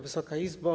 Wysoka Izbo!